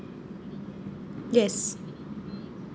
yes